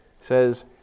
says